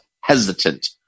hesitant